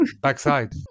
backside